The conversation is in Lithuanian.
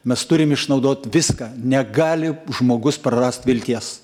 mes turim išnaudot viską negali žmogus prarast vilties